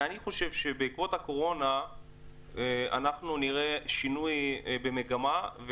ואני חושב שבעקבות הקורונה אנחנו נראה שינוי במגמה.